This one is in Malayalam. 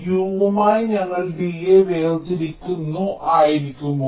U മായി ഞങ്ങൾ D യെ വേർതിരിക്കുന്നു ആയിരിക്കുമോ